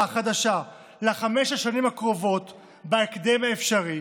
חדשה לחמש השנים הקרובות בהקדם האפשרי,